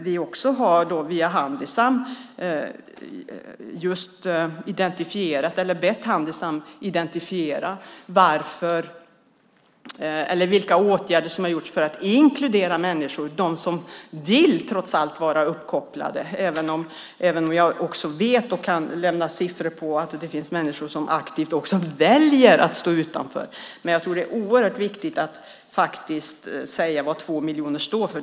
Vi har bett Handisam identifiera vilka åtgärder som har vidtagits för att inkludera dem som trots allt vill vara uppkopplade. Dock vet jag - jag kan visa siffror i det avseendet - att det finns människor som aktivt väljer att stå utanför. Det är oerhört viktigt att tala om vad "två miljoner" står för.